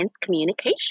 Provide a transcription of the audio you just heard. communication